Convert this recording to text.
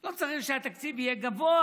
לא צריך שהתקציב יהיה גבוה,